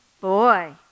boy